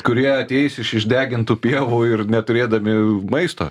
kurie ateis iš išdegintų pievų ir neturėdami maisto